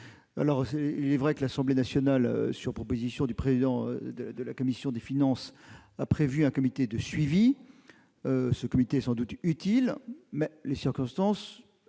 prêts. Il est vrai que l'Assemblée nationale, sur proposition du président de sa commission des finances, a prévu un comité de suivi. Ce comité est sans doute utile, mais les circonstances